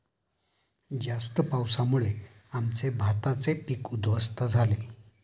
जास्त पावसामुळे आमचे भाताचे पीक उध्वस्त झाले